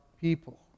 people